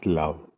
love